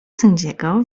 sędziego